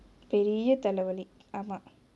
பெரிய தலே வலி ஆமா:periya thalae vali aama